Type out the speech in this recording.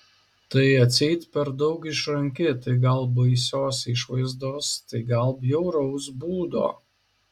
tai atseit per daug išranki tai gal baisios išvaizdos tai gal bjauraus būdo